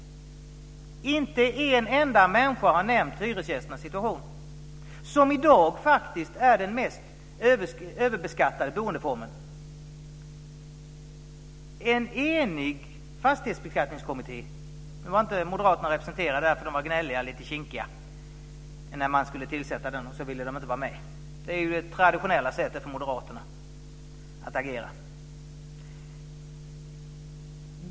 Inte en människa har nämnt hyresgästernas situation. I dag är det faktiskt den mest överbeskattade boendeformen. Vi hade en enig fastighetsbeskattningskommitté. Nu var inte Moderaterna representerade där, för de var gnälliga och lite kinkiga när man skulle tillsätta den och så ville de inte vara med. Det är ju det traditionella sättet för Moderaterna att agera.